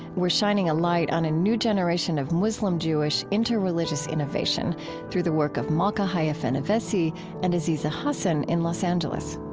we're shining a light on a new generation of muslim-jewish interreligious innovation through the work of malka haya fenyvesi and aziza hasan in los angeles